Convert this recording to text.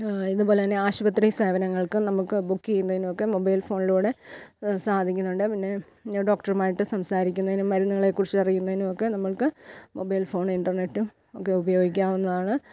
ഇതുപോലെ തന്നെ ആശുപത്രി സേവനങ്ങൾക്ക് നമുക്ക് ബുക്ക് ചെയ്യുന്നതിനും ഒക്കെ മൊബൈൽ ഫോണിലൂടെ സാധിക്കുന്നുണ്ട് പിന്നെ ഡോക്ടറുമായിട്ട് സംസാരിക്കുന്നതിനും മരുന്നുകളെ കുറിച്ച് അറിയുന്നതിനും ഒക്കെ നമുക്ക് മൊബൈൽ ഫോൺ ഇൻറർനെറ്റും ഒക്കെ ഉപയോഗിക്കാവുന്നതാണ്